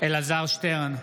אלעזר שטרן,